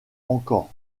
encore